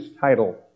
title